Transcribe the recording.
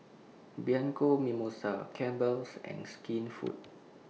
Bianco Mimosa Campbell's and Skinfood